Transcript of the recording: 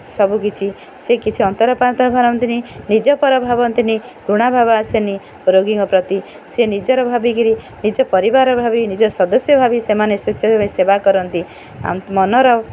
ସବୁକିଛି ସେ କିଛି ଅନ୍ତର ପାତର ଭାବନ୍ତିନି ନିଜ ପର ଭାବନ୍ତିନି ଘୃଣାଭାବ ଆସେନି ରୋଗୀଙ୍କ ପ୍ରତି ସେ ନିଜର ଭାବିକରି ନିଜ ପରିବାର ଭାବି ନିଜ ସଦସ୍ୟ ଭାବି ସେମାନେ ସ୍ୱଚ୍ଛ ଭାବେ ସେବା କରନ୍ତି ଆମ ମନର